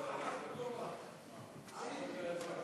אדוני היושב-ראש,